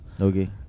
Okay